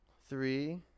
three